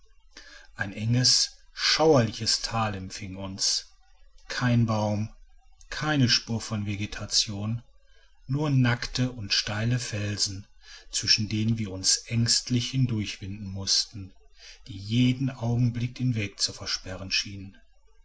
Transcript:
ein enges schauerliches tal empfing uns kein baum keine spur von vegetation nur nackte und steile felsen zwischen denen wir uns ängstlich hindurchwinden mußten die jeden augenblick den weg zu versperren schienen